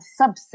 subset